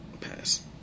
pass